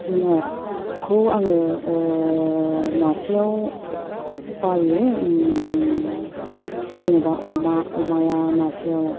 जुनारखौ आङो मासेयाव बाइयो जेन'बा अमा अमाया मासेयाव